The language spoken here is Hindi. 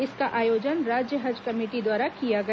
इसका आयोजन राज्य हज कमेटी द्वारा किया गया